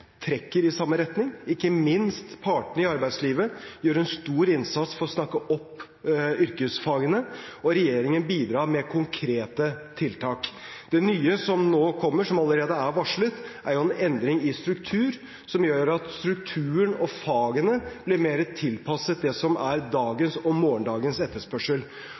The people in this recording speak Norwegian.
trekker i samme retning, ikke minst gjør partene i arbeidslivet en stor innsats for å snakke opp yrkesfagene, og regjeringen bidrar med konkrete tiltak. Det nye som nå kommer, som allerede er varslet, er en endring i struktur, som gjør at strukturen og fagene blir mer tilpasset dagens og morgendagens etterspørsel. Det vil være galt av meg å sitte i Oslo og